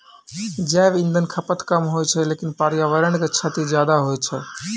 जैव इंधन खपत कम होय छै लेकिन पर्यावरण क क्षति ज्यादा होय छै